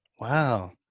Wow